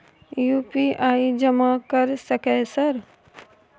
UPI जमा कर सके सर?